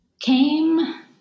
came